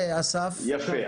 יפה,